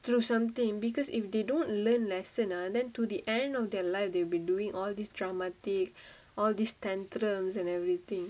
through something because if they don't learn lesson lah then to the end of their life they will be doing all this dramatic all this tantrums and everything